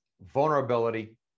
vulnerability